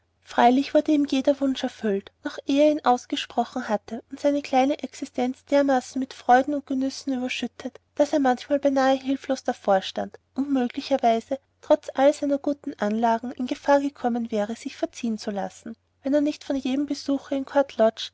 freilich wurde ihm jeder wunsch erfüllt noch eh er ihn ausgesprochen hatte und seine kleine existenz dermaßen mit freuden und genüssen überschüttet daß er manchmal beinahe hilflos davor stand und er möglicherweise trotz all seiner guten anlagen in gefahr gekommen wäre sich verziehen zu lassen wenn er nicht von jedem besuche in court